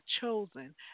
chosen